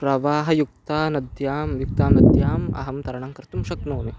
प्रवाहयुक्तां नद्यां युक्तां नद्याम् अहं तरणं कर्तुं शक्नोमि